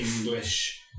English